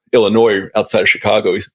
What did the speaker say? illinois outside of chicago.